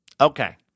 okay